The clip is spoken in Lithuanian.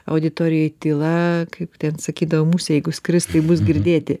auditorijoj tyla kaip sakydavo musė jeigu skris tai bus girdėti